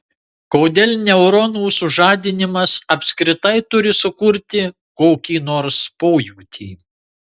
kodėl neuronų sužadinimas apskritai turi sukurti kokį nors pojūtį